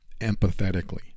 empathetically